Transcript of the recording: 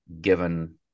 given